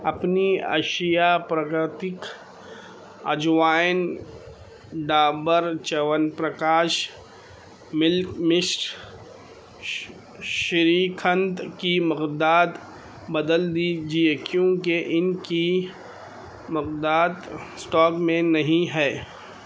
اپنی اشیا پرگرتک اجوائن ڈابر چیون پرکاش ملک مشٹ شری کھنڈ کی مقداد بدل دیجیے کیونکہ ان کی مقداد اسٹاک میں نہیں ہے